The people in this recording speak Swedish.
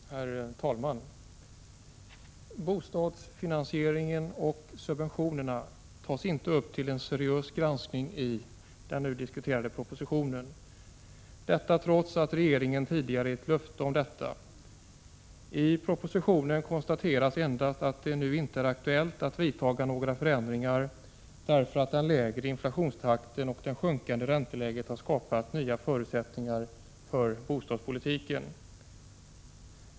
Herr talman! Bostadsfinansieringen och subventionerna tas inte upp till en seriös granskning i den proposition vi nu diskuterar — detta trots att regeringen tidigare har gett löfte om detta. I propositionen konstateras endast att det nu inte är aktuellt att vidta några förändringar därför att den lägre inflationstakten och den sjunkande räntån har skapat nya förutsättningar för bostadspolitiken.